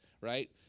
Right